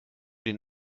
den